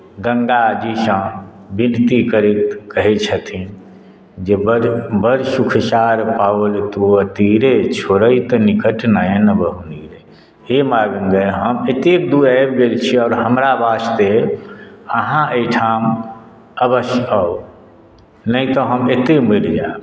गङ्गाजीसँ विनती करैत कहैत छथिन जे बड़ बड़ सुख सार पाओल तुअ तीड़े छोड़इत निकट नयन बहु नीरे हे माय गङ्गे हम एतेक दूर आबि गेल छी आ हमरा वास्ते अहाँ एहिठाम अवश्य आउ नहि तऽ हम एतहि मरि जायब